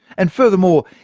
and furthermore,